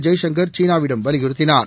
ஜெய்சங்கர் சீனாவிடம் வலியுறுத்தினார்